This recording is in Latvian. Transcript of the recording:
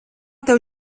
tev